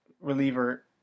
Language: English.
reliever